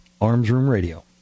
armsroomradio